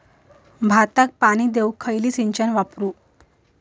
भाताक पाणी देऊक खयली सिंचन वापरू?